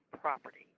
property